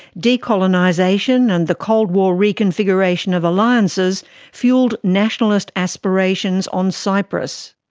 decolonisation and the cold war reconfiguration of alliances fuelled nationalist aspirations on cyprus.